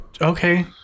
Okay